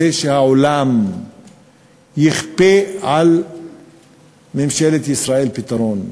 היא שהעולם יכפה על ממשלת ישראל פתרון,